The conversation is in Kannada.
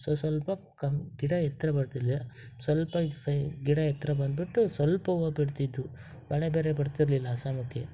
ಸೊ ಸ್ವಲ್ಪ ಕಮ್ ಗಿಡ ಎತ್ತರ ಬರ್ತಿರಲಿಲ್ಲ ಸ್ವಲ್ಪ ಸೈ ಗಿಡ ಎತ್ತರ ಬಂದಿಬಿಟ್ಟು ಸ್ವಲ್ಪ ಹೂವು ಬಿಡ್ತಿದ್ದವು ಮಳೆ ಬೇರೆ ಬರ್ತಿರಲಿಲ್ಲ